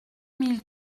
mille